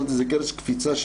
זה קרש קפיצה,